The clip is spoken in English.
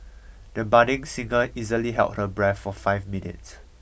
the budding singer easily held her breath for five minutes